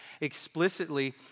explicitly